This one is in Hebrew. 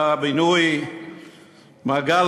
אדוני היושב-ראש, אדוני שר הבינוי מר גלנט,